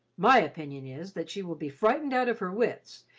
my opinion is that she will be frightened out of her wits,